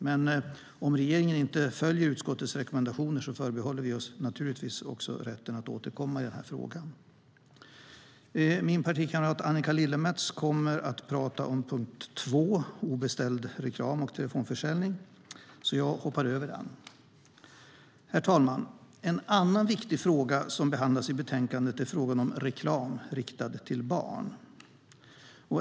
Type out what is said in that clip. Men om regeringen inte följer utskottets rekommendationer förbehåller vi oss naturligtvis också rätten att återkomma i den här frågan. Min partikamrat Annika Lillemets kommer att prata om punkt 2, obeställd reklam och telefonförsäljning. Därför hoppar jag över den. Herr talman! En annan viktig fråga som behandlas i betänkandet är frågan om reklam riktad till barn.